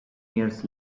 years